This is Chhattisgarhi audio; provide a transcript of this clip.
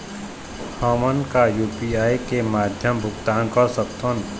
हमन का यू.पी.आई के माध्यम भुगतान कर सकथों?